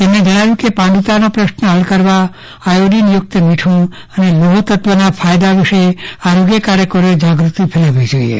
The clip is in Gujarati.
તેમજ્ઞે જજ્ઞાવ્યું હતું કે પાંડુતાનો પ્રશ્ન હલ કરવા આયોડીનયુક્ત મીઠું અને લોહતત્વના ફાયદા વિષે આરોગ્ય કાર્યકરોએ જાગૂતિ ફેલાવવી જોઇએ